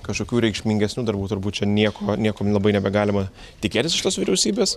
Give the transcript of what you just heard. kažkokių reikšmingesnių darbų turbūt čia nieko niekam labai nebegalima tikėtis iš tos vyriausybės